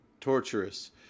torturous